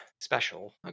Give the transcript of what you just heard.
special